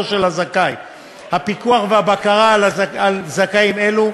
של הזכאי והפיקוח והבקרה על זכאים אלו.